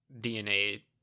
DNA